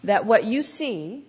that what you see